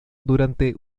durante